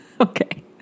Okay